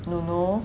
nunu